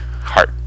Heart